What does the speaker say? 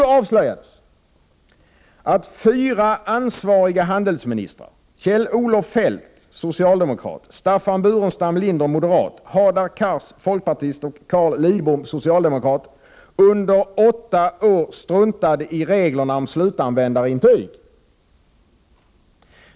Då avslöjades att fyra ansvariga handelsministrar — Kjell-Olof Feldt, socialdemokrat, Staffan Burenstam Linder, moderat, Hadar Cars, folkpartist, och Carl Lidbom, socialdemokrat — under åtta år struntade i reglerna om slutanvändarintyg.